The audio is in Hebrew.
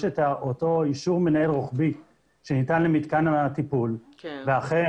יש את אותו אישור מנהל רוחבי שניתן למתקן הטיפול ואכן